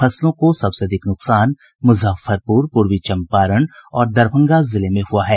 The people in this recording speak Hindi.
फसलों को सबसे अधिक नुकसान मुजफ्फरपुर पूर्वी चम्पारण और दरभंगा जिले में हुआ है